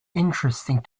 interesting